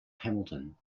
hamilton